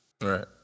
Right